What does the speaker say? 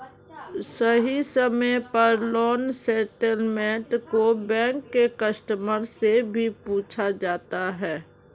सही समय पर लोन स्टेटमेन्ट को बैंक के कस्टमर से भी पूछा जाता है